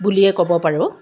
বুলিয়ে ক'ব পাৰোঁ